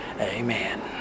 amen